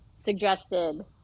suggested